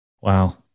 Wow